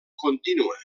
contínua